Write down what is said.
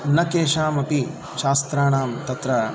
न केषामपि शास्त्राणां तत्र